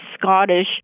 Scottish